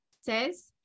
says